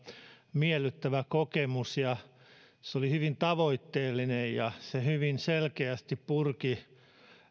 miellyttävä kokemus se oli hyvin tavoitteellinen ja se hyvin selkeästi purki